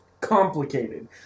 complicated